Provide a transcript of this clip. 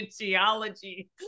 geology